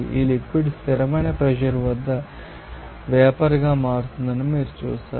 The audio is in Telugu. ఈ లిక్విడ్ స్థిరమైన ప్రెషర్ వద్ద వేపర్గా మారుతుందని మీరు చూస్తారు